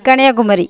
Kanyakumari